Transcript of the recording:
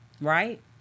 Right